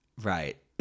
right